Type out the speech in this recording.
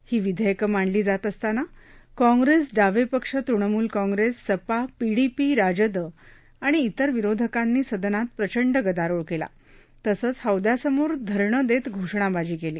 ही विधेयकं मांडली जात असताना कॉंप्रेस डावे पक्ष तृणमूल कॉंप्रेस सपा पीडीपी राजद आणि इतर विरोधकांनी सदनात प्रचंड गदारोळ केला तसंच हौद्यासमोर धरणं देत घोषणाबाजी केली